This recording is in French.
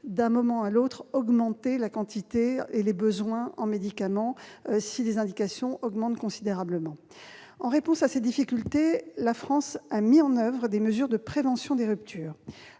d'un moment à l'autre conduire à augmenter les besoins en médicaments, si les indications progressent considérablement. En réponse à ces difficultés, la France a mis en oeuvre des mesures de prévention des ruptures.